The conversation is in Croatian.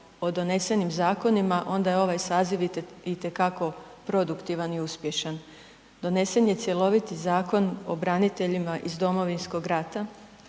o donesenim zakonima, onda je ovaj saziv itekako produktivan i uspješan. Donesen je cjelovit Zakon o braniteljima iz Domovinskog rata,